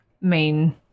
main